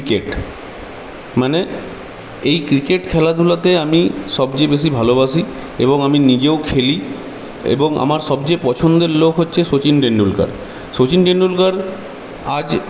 cricket মানে এই cricket খেলাধুলাতে আমি সবচেয়ে বেশি ভালোবাসি এবং আমি নিজেও খেলি এবং আমার সবচেয়ে পছন্দের লোক হচ্ছে সচিন টেন্ডুলকার সচিন টেন্ডুলকার আজ